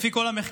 לפי כל המחקרים,